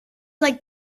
like